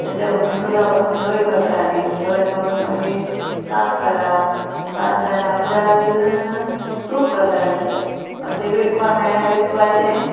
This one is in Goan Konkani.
तेच्या पासून दुदा पासून धंय करतालीं धंय करून मागीर ताक करप ताक जाल्या उपरांत तूप करतालीं अशें विकपा मेळ्ळ्यार विकपाचें